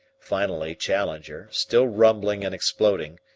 finally challenger, still rumbling and exploding,